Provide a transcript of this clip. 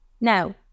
Now